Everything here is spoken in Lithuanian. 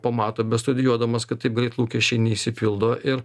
pamato bestudijuodamas kad taip greit lūkesčiai neišsipildo ir